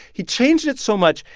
he changed it so much,